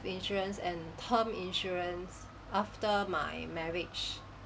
insurance and term insurance after my marriage